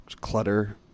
clutter